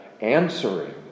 answering